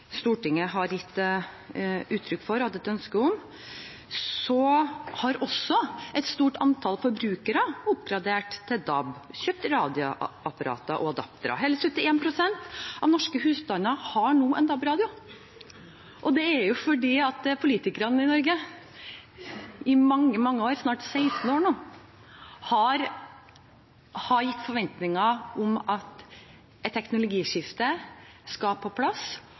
Stortinget har uttrykt ønske om, har også et stort antall forbrukere oppgradert til DAB, kjøpt radioapparater og adaptere. Hele 71 pst. av norske husstander har nå en DAB-radio, og det er fordi politikerne i Norge i mange, mange år – snart 16 år – har hatt høye forventninger om at et teknologiskifte skal på plass,